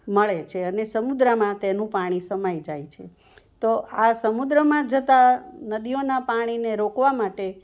મળે છે અને સમુદ્રમાં તેનું પાણી સમાઈ જાય છે તો આ સમુદ્રમાં જતાં નદીઓના પાણીને રોકવા માટે